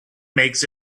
makes